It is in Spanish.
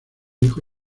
hijo